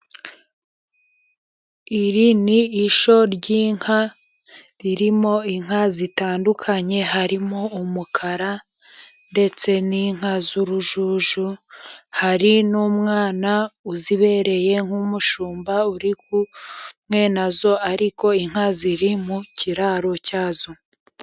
Iri ni ishyo ry'inka ririmo, inka zitandukanye harimo umukara, ndetse n'inka z'urujuju, hari n'umwana uzibereye nk'umushumba uri kumwe mwe nazo, ariko inka ziri mu kiraro cyazo.